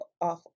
off